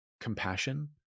compassion